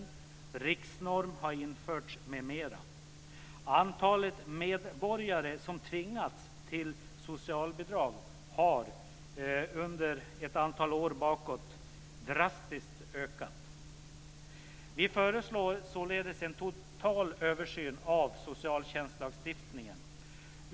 En riksnorm har införts m.m. Antalet medborgare som har tvingats till socialbidrag har under ett antal år drastiskt ökat. Vi föreslår således en total översyn av socialtjänstlagstiftningen.